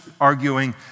arguing